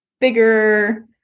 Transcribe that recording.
bigger